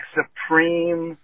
supreme